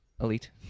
Elite